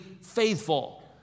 faithful